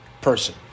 person